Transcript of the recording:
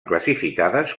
classificades